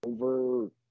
over